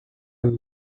and